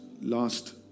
last